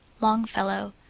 longfellow,